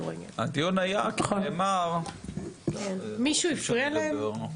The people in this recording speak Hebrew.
הדיון היה כי נאמר --- מישהו הפריע להם?